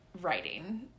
writing